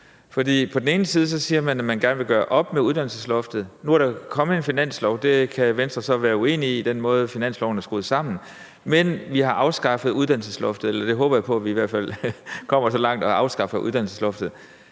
standpunkt. Man siger, at man gerne vil gøre op med uddannelsesloftet. Nu er der så vedtaget en finanslov, og Venstre kan så være uenig i den måde, finansloven er skruet sammen på, men vi har afskaffet uddannelsesloftet – eller jeg håber, at vi kommer så langt, at vi får afskaffet uddannelsesloftet.